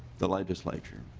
the legislature.